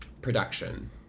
Production